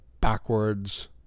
backwards